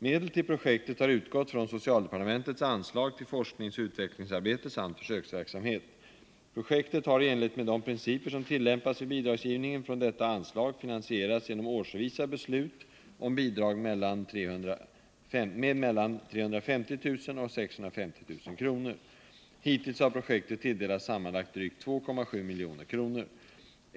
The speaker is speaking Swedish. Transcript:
Medel till projektet har utgått från socialdepartementets anslag till forskningsoch utvecklingsarbete samt försöksverksamhet. Projektet har i enlighet med de principer som tillämpas vid bidragsgivningen från detta anslag finansierats genom årsvisa beslut om bidrag med mellan 350 000 och 650 000 kr. Hittills har projektet tilldelats sammanlagt drygt 2,7 milj.kr.